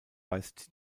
weist